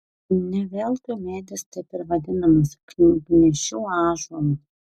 ne veltui medis taip ir vadinamas knygnešių ąžuolu